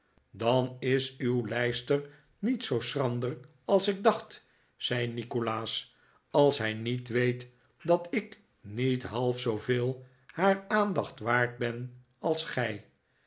dan is uw lijster niet zoo schrander als ik dacht zei nikolaas als zij niet weet dat ik niet half zooveel haar aandacht waard ben als gij